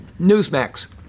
Newsmax